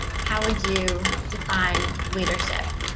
how would you define leadership?